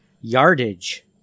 yardage